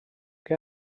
que